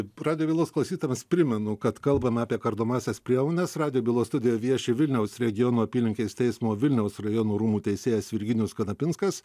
radijo bylos klausytojams primenu kad kalbame apie kardomąsias priemones radijo bylos studijoje vieši vilniaus regiono apylinkės teismo vilniaus rajono rūmų teisėjas virginijus kanapinskas